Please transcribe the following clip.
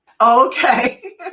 okay